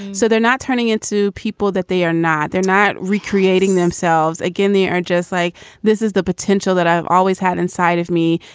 so they're not turning to people that they are not they're not re-creating themselves. again, they aren't just like this is the potential that i've always had inside of me.